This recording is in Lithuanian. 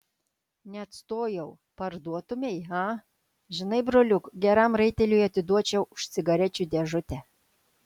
neatstojau parduotumei a žinai broliuk geram raiteliui atiduočiau už cigarečių dėžutę